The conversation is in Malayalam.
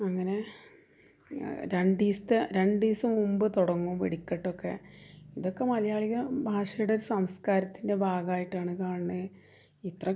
അങ്ങനെ രണ്ടു ദിവസത്തെ രണ്ടു ദിവസം മുമ്പ് തുടങ്ങും വെടിക്കെട്ടൊക്കെ ഇതൊക്കെ മലയാളി ഭാഷയുടെ സംസ്കാരത്തിൻ്റെ ഭാഗമായിട്ടാണ് കാണ്ന്നെ ഇത്ര